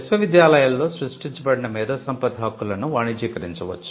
విశ్వవిద్యాలయాలలో సృష్టించబడిన మేధో సంపత్తి హక్కులను వాణిజ్యీకరించవచ్చు